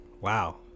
Wow